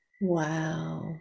Wow